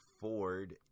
Ford